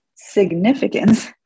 significance